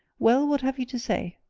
well, what have you to say?